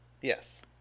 Yes